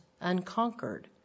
unconquered